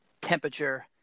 temperature